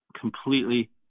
completely